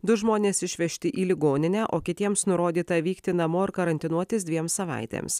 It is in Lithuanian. du žmonės išvežti į ligoninę o kitiems nurodyta vykti namo ir karantinuotis dviems savaitėms